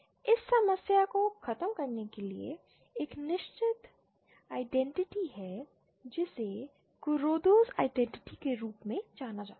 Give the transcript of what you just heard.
इस समस्या को खत्म करने के लिए एक निश्चित आइडेंटिटी है जिसे कुरोदा आइडेंटिटी Kuroda's identity के रूप में जाना जाता है